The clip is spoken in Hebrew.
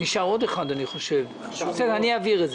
אני חושב שנשארה עוד העברה, אני אעביר אותה